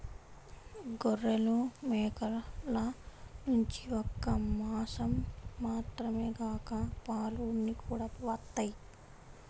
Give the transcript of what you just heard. గొర్రెలు, మేకల నుంచి ఒక్క మాసం మాత్రమే కాక పాలు, ఉన్ని కూడా వత్తయ్